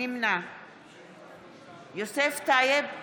נמנע יוסף טייב,